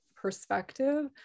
perspective